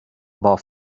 war